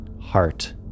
Heart